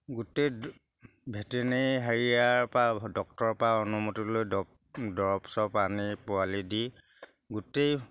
গোটেই ভেটেনেৰি হেৰিয়াৰপৰা ডক্টৰৰপৰা অনুমতি লৈ দৰৱ চৰৱ আনি পোৱালি দি গোটেই